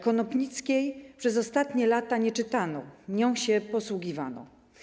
Konopnickiej przez ostatnie lata nie czytano, nią się posługiwano.